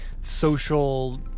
social